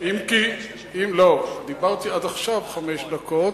לא, דיברתי עד עכשיו חמש דקות.